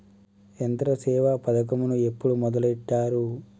యంత్రసేవ పథకమును ఎప్పుడు మొదలెట్టారు?